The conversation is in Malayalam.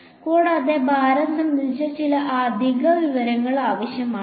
കൂടാതെ ഭാരം സംബന്ധിച്ച ചില അധിക വിവരങ്ങൾ ആവശ്യമാണ്